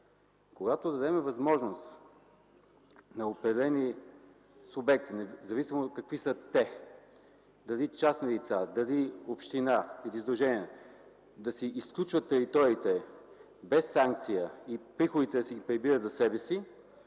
Когато дадем възможност на определени субекти, независимо какви са те – дали частни лица, дали община или сдружение, да си изключват териториите без санкция и приходите да си ги прибират за себе си,